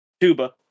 Tuba